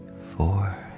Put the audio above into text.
four